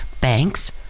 banks